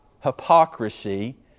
hypocrisy